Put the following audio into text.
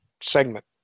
segment